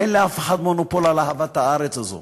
אין לאף אחד מונופול על אהבת הארץ הזאת.